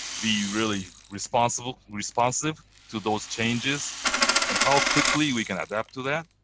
be really responsive responsive to those changes and how quickly we can adapt to that.